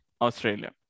Australia